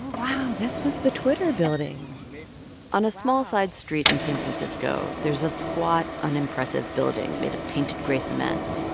wow, this was the twitter building on a small side street in san francisco, there's a squat, unimpressive building made of painted gray cement.